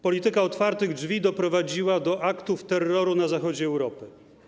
Polityka otwartych drzwi doprowadziła do aktów terroru na zachodzie Europy.